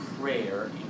prayer